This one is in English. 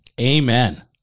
Amen